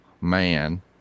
man